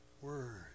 word